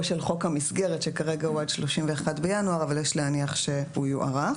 של חוק המסגרת שכרגע הוא עד 31 בינואר אבל יש להניח הוא יוארך.